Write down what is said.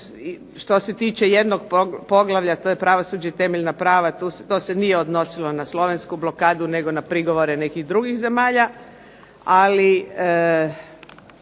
Što se tiče jednog poglavlja, to je pravosuđe i temeljna prava, to se nije odnosilo na Slovensku blokadu nego na prigovore nekih drugih zemalja,